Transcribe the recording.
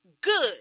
good